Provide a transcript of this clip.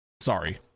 Sorry